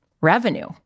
revenue